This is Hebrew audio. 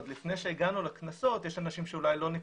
עוד לפני שהגענו לקנסות יש אנשים שאולי לא נקנסים,